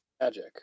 magic